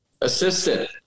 Assistant